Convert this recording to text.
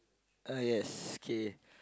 uh yes okay